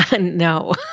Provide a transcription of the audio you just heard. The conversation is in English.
No